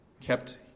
kept